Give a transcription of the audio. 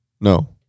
No